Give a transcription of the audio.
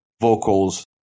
vocals